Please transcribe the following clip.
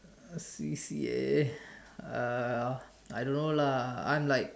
uh C_C_A uh I don't know lah I'm like